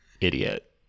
idiot